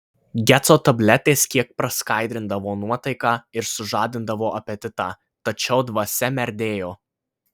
geco tabletės kiek praskaidrindavo nuotaiką ir sužadindavo apetitą tačiau dvasia merdėjo